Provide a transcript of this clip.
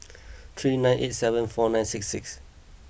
three nine eight seven four nine six six